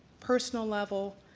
personal level,